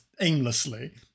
aimlessly